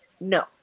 no